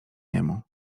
niemu